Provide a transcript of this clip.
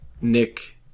Nick